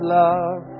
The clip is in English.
love